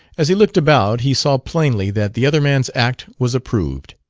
as he looked about he saw plainly that the other man's act was approved.